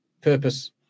purpose